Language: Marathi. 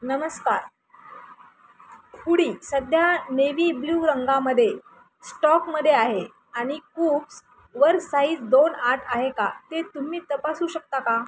नमस्कार हुडी सध्या नेव्ही ब्लू रंगामध्ये स्टॉकमध्ये आहे आणि कूव्सवर साइज दोन आठ आहे का ते तुम्ही तपासू शकता का